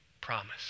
promise